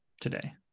today